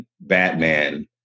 Batman